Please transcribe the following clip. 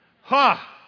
Ha